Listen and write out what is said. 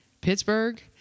Pittsburgh